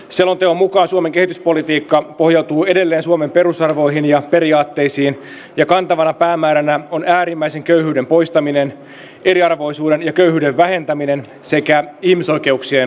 selonteon mukaan suomen kehityspolitiikka pohjautuu edelleen suomen perusarvoihin ja periaatteisiin ja kantavana päämääränä on äärimmäisen köyhyyden poistaminen eriarvoisuuden ja köyhyyden vähentäminen sekä ihmisoikeuksien toteutuminen